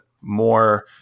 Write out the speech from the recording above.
more